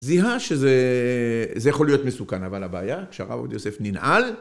זיהה שזה זה יכול להיות מסוכן, אבל הבעיה שהרב עובדיה יוסף ננעל.